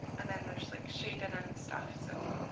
and then there's like shading and stuff. so